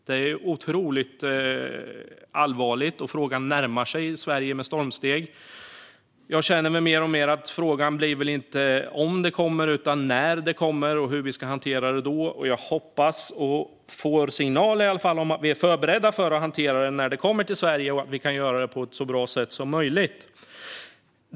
Det är otroligt allvarligt, och det närmar sig Sverige med stormsteg. Jag känner mer och mer att frågan inte är om det kommer utan när det kommer och hur vi ska vi då ska hantera det. Jag hoppas - och får i alla fall signaler om - att vi är förberedda för att hantera detta när det kommer till Sverige och att vi kan göra det på ett så bra sätt som möjligt.